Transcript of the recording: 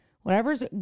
whatever's